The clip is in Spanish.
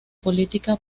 política